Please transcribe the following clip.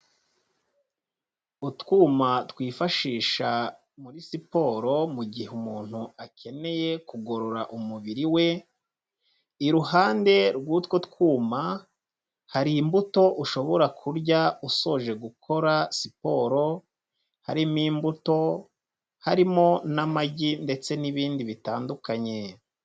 Utwuma twifashisha muri siporo mu gihe umuntu akeneye kugorora umubiri we, iruhande rw'utwo twuma hari imbuto ushobora kurya usoje gukora siporo, harimo imbuto, harimo n'amagi ndetse n'ibindi bitandukanye.